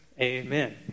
Amen